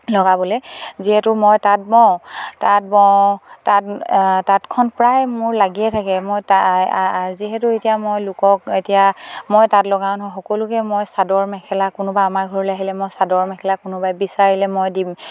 লগাবলে যিহেতু মই তাঁত বওঁ তাঁত বওঁ তাত তাঁতখন প্ৰায় মোৰ লাগিয়ে থাকে মই যিহেতু এতিয়া মই লোকক এতিয়া মই তাঁত লগাওঁ নহয় সকলোকে মই চাদৰ মেখেলা কোনোবা আমাৰ ঘৰলে আহিলে মই চাদৰ মেখেলা কোনোবাই বিচাৰিলে মই দিম